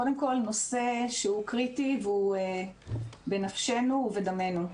קודם כל, נושא שהוא קריטי והוא בנפשנו ובדמנו.